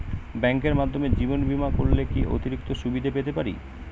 ব্যাংকের মাধ্যমে জীবন বীমা করলে কি কি অতিরিক্ত সুবিধে পেতে পারি?